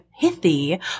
pithy